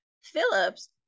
Phillips